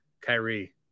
Kyrie